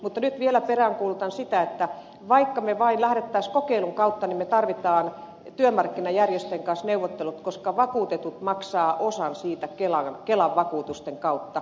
mutta nyt vielä peräänkuulutan sitä että vaikka me vain lähtisimme kokeiluun niin me tarvitsemme neuvottelut työmarkkinajärjestöjen kanssa koska vakuutetut maksavat osan siitä kelan vakuutusten kautta